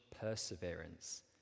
perseverance